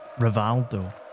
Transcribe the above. Rivaldo